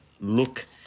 look